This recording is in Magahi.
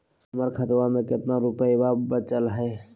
हमर खतवा मे कितना रूपयवा बचल हई?